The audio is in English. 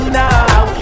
now